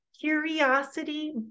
Curiosity